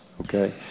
Okay